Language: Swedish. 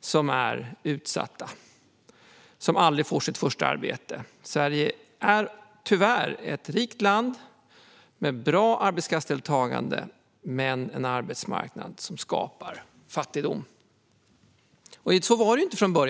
som är utsatta och som aldrig får sitt första arbete. Sverige är ett rikt land med bra arbetskraftsdeltagande, men vi har tyvärr en arbetsmarknad som skapar fattigdom. Så var det inte från början.